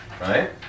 right